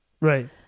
right